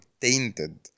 tainted